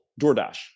DoorDash